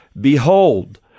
Behold